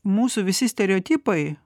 mūsų visi stereotipai